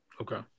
Okay